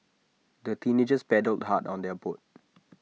the teenagers paddled hard on their boat